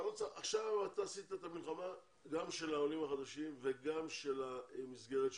עכשיו אתה עשית את המלחמה גם של העולים החדשים וגם של המסגרת שלך,